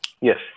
Yes